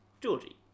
Georgie